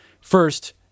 First